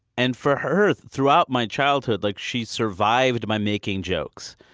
and for her, throughout my childhood, like she survived by making jokes.